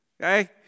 okay